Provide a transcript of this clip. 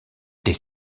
des